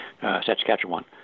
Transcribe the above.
Saskatchewan